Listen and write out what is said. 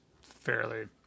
fairly